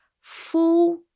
full